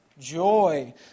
joy